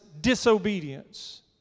disobedience